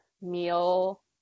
meal